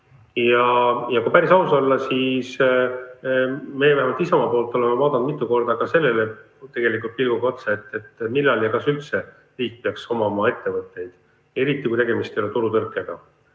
Ja kui päris aus olla, siis me vähemalt Isamaa poolt oleme vaadanud mitu korda ka sellele pilguga otsa, et millal ja kas üldse riik peaks omama ettevõtteid. Eriti kui tegemist ei ole turutõrkega.